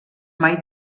mai